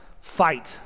Fight